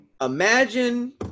Imagine